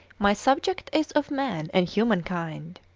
my subject is of man and human kind.